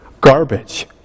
Garbage